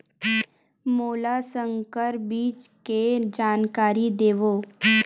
मोला संकर बीज के जानकारी देवो?